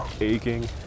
aching